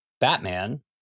Batman